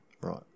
Right